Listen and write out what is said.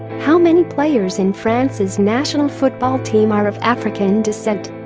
how many players in france's national football team are of african descent?